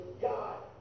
God